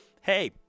hey